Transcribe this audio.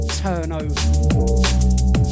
turnover